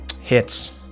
hits